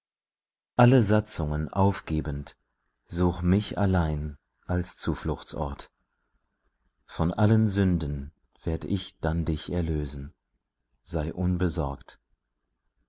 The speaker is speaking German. alle satzungen aufgebend such mich allein als zufluchtsort von allen sünden werd ich dann dich erlösen sei unbesorgt